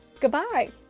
goodbye